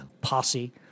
posse